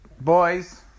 boys